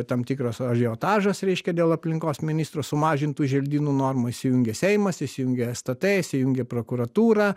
tam tikras ažiotažas reiškia dėl aplinkos ministro sumažintų želdynų normų įsijungė seimas įsijungė stt įsijungė prokuratūra